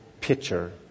picture